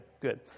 good